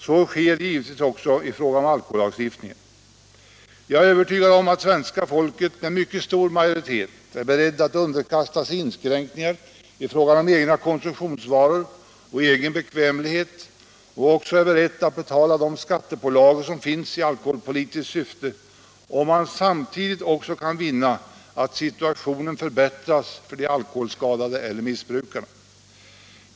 Så sker givetvis också i fråga om alkohollagstiftningen. Jag är övertygad om att svenska folket med mycket stor majoritet är berett att underkasta sig inskränkningar i fråga om egna konsumtionsvanor och egen bekvämlighet och också är berett att betala de skattepålagor som finns i alkoholpolitiskt syfte om man samtidigt kan vinna att situationen förbättras för de alkoholskadade eller missbrukarna.